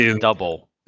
double